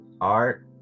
art